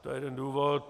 To je jeden důvod.